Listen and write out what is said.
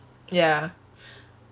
ya